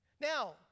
Now